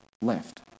left